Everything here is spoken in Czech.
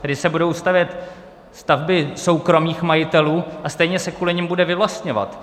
Tady se budou stavět stavby soukromých majitelů a stejně se kvůli nim bude vyvlastňovat.